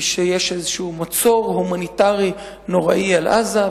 היא שיש איזה מצור הומניטרי נוראי על עזה,